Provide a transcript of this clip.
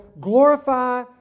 glorify